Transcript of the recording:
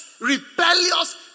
rebellious